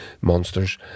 monsters